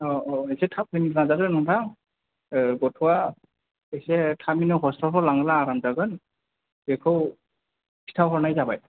औ औ इसे थाब फैनो नाजादो नोंथां गथ'वा इसे थाबैनो हसफिथालफ्राव लाङोब्ला आराम जागोन बेखौ खिन्था हरनाय जाबाय